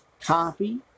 copy